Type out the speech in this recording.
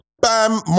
bam